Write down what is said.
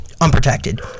unprotected